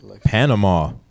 Panama